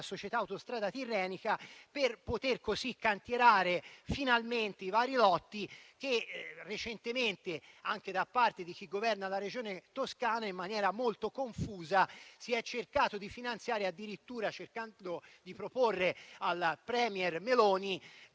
Società autostrada tirrenica, per poter così cantierare finalmente i vari lotti che recentemente, anche da parte di chi governa la Regione Toscana, in maniera molto confusa si è cercato di finanziare addirittura cercando di proporre alla *premier* Meloni